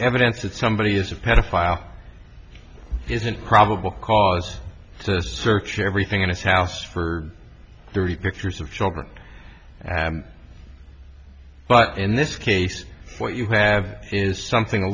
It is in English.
evidence that somebody is a pedophile isn't probable cause to search everything in his house for dirty pictures of children but in this case what you have is something a